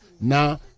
Now